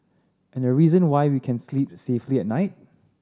and the reason why we can sleep safely at night